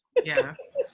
yes.